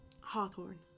Hawthorne